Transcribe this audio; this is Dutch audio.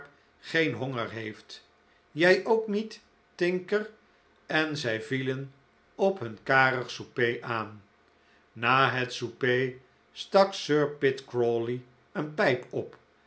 geen honger heeft jij ook niet tinker en zij vielen op hun karig souper aan na het souper stak sir pitt crawley een pijp op